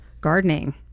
gardening